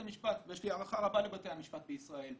יש לי הערכה רבה לבתי המשפט בישראל,